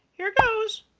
here goes.